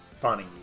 funny